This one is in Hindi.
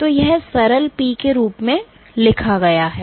तो यह सरल P के रूप में लिखा गया है